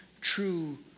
true